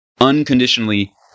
unconditionally